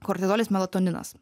kortizolis melatoninas